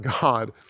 God